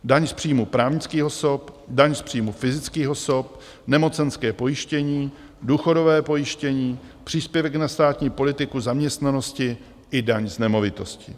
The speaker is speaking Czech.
Daň z příjmů právnických osob, daň z příjmů fyzických osob, nemocenské pojištění, důchodové pojištění, příspěvek na státní politiku zaměstnanosti i daň z nemovitostí.